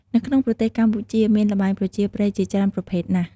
នៅក្នុងប្រទេសកម្ពុជា មានល្បែងប្រជាប្រិយជាច្រើនប្រភេទណាស់។